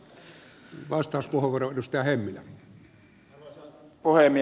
arvoisa puhemies